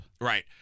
Right